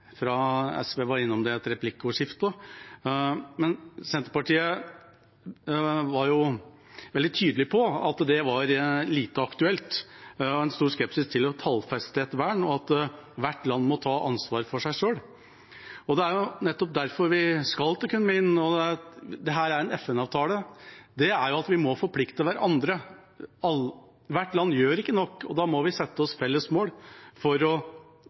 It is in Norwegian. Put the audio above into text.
SV var innom det i et replikkordskifte. Senterpartiet var veldig tydelig på at det var lite aktuelt. Det var stor skepsis til å tallfeste et vern – hvert land måtte ta ansvar for seg selv. Men det er jo nettopp derfor vi skal til Kunming: Dette er en FN-avtale, og vi må forplikte hverandre. Hvert land gjør ikke nok, og da må vi sette oss felles mål for faktisk å